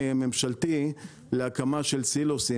בגיבוי ממשלתי להקמה של סילוסים,